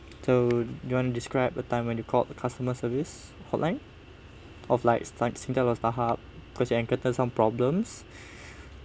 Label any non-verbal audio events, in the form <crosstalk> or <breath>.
so you want to describe a time when you called the customer service hotline of like is like Singtel or StarHub because you encountered some problems <breath>